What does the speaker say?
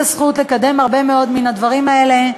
הזכות לקדם הרבה מאוד מן הדברים האלה.